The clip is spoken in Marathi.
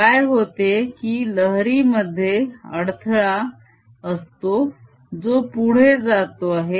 काय होतेय की लहरी मध्ये अडथळा असतो जो पुढे जातो आहे